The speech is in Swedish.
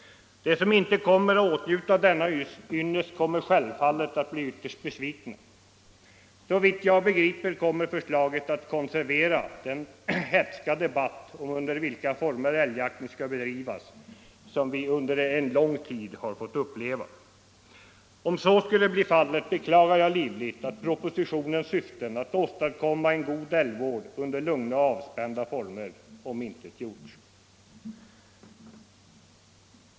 De som inte kommer att åtnjuta denna ynnest kommer självfallet att bli ytterst besvikna. Såvitt jag begriper kommer förslaget att konservera den hätska debatt om under vilka former älgjakten skall bedrivas som vi under en lång tid har fått uppleva. Om så skulle bli fallet, beklagar jag livligt att propositionens syften att åstadkomma en god älgvård under lugna och avspända former omintetgjorts.